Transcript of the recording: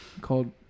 called